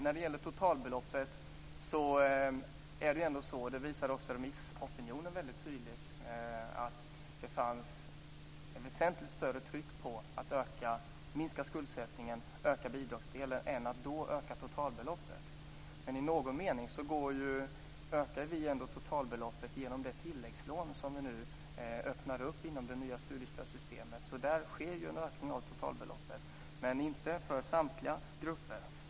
När det gäller totalbeloppet visade remissopinionen väldigt tydligt att det fanns ett väsentligt större tryck att minska skuldsättningen och öka bidragsdelen än att öka totalbeloppet. I någon mening ökar vi ändå totalbeloppet genom det tilläggslån som vi öppnar för inom det nya studiestödssystemet. Där sker en ökning av totalbeloppet, men inte för samtliga grupper.